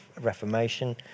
reformation